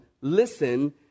listen